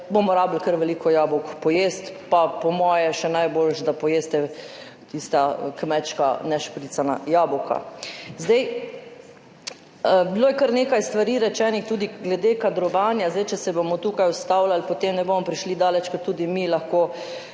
bomo rabili kar veliko jabolk pojesti. Pa po mojem še najboljše, da pojeste tista kmečka, nešpricana jabolka. Bilo je kar nekaj stvari rečenih, tudi glede kadrovanja. Če se bomo tukaj ustavljali, potem ne bomo prišli daleč, ker tudi mi lahko